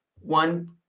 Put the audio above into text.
One